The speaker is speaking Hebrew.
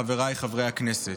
חבריי חברי הכנסת,